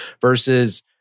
Versus